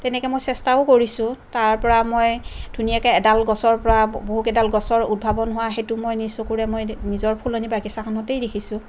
তেনেকে মই চেষ্টাও কৰিছোঁ তাৰপৰা মই ধুনীয়াকে এডাল গছৰ পৰা বহু কেইডাল গছৰ উদ্ভাৱন হোৱা সেইটো মই নিজ চকুৰে মই নিজৰ ফুলনি বাগিচাখনতেই দেখিছোঁ